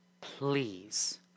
please